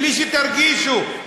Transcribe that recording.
בלי שתרגישו.